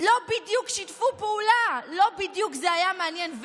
לא בדיוק שיתפו פעולה, זה לא בדיוק היה מעניין.